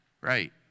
Right